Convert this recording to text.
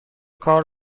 کار